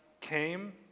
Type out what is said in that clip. came